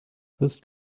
first